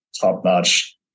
top-notch